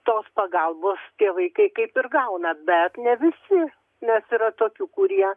tos pagalbos tie vaikai kaip ir gauna bet ne visi nes yra tokių kurie